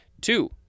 two